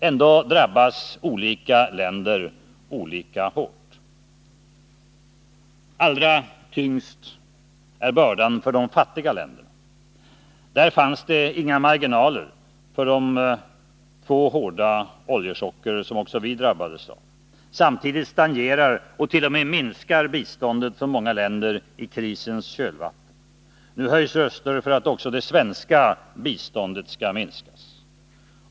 Ändå drabbas olika länder olika hårt. Allra tyngst är bördan för de fattiga länderna. Där fanns inga marginaler för de två hårda oljeprischocker som också vi drabbades av. Samtidigt stagnerar och t.o.m. minskar biståndet från många länder i krisens kölvatten. Nu höjs röster för att också det svenska biståndet skall minskas.